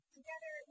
Together